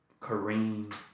Kareem